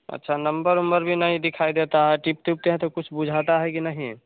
अच्छा नंबर उम्बर भी नहीं दिखाई देता है टिप टिपके कुछ बुझाता है कि नहीं